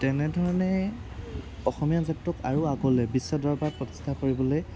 তেনেধৰণে অসমীয়া জাতিটোক আৰু আগলে বিশ্বৰ দৰবাৰত প্ৰতিষ্ঠা কৰিবলৈ